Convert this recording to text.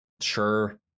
sure